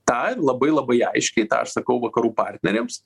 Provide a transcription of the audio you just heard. tą ir labai labai aiškiai tą aš sakau vakarų partneriams